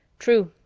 true,